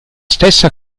stessa